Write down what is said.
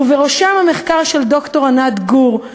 ובראשם המחקר של ד"ר ענת גור,